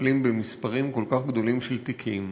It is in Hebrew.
מטפלים במספרים כל כך גדולים של תיקים,